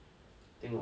tengok ah